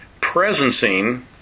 presencing